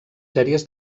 sèries